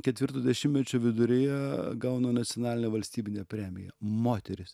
ketvirto dešimtmečio viduryje gauna nacionalinę valstybinę premiją moteris